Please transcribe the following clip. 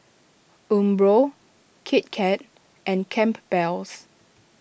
Umbro Kit Kat and Campbell's